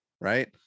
right